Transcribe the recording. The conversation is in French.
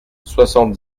soixante